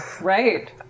Right